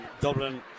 Dublin